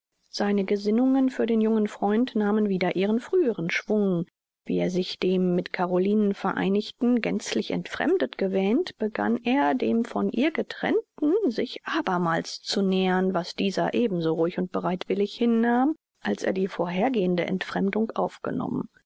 seine gesinnungen für den jungen freund nahmen wieder ihren früheren schwung wie er sich dem mit carolinen vereinigten gänzlich entfremdet gewähnt begann er dem von ihr getrennten sich abermals zu nähern was dieser eben so ruhig und bereitwillig hinnahm als er die vorhergehende entfremdung aufgenommen